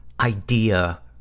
idea